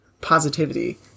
positivity